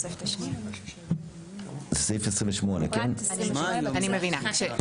אני מבינה,